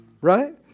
right